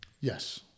Yes